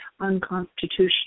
unconstitutional